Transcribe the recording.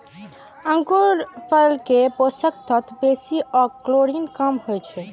अंगूरफल मे पोषक तत्व बेसी आ कैलोरी कम होइ छै